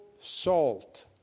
SALT